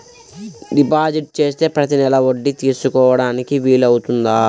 Deposit చేస్తే ప్రతి నెల వడ్డీ తీసుకోవడానికి వీలు అవుతుందా?